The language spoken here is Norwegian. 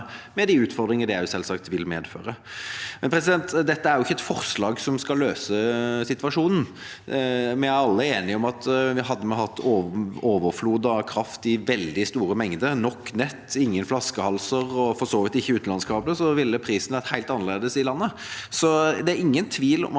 med de utfordringer det selvsagt vil medføre. Dette er jo ikke et forslag som skal løse situasjonen. Vi er alle enige om at hadde vi hatt overflod av kraft i veldig store mengder, nok nett, ingen flaskehalser og for så vidt ikke utenlandskabler, ville prisen vært helt annerledes i landet. Så det er ingen tvil om at